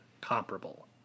comparable